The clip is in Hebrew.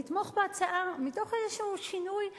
לתמוך בהצעה מתוך איזשהו שינוי בגישה,